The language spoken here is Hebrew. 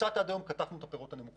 עד היום קטפנו קצת את הפירות הנמוכים.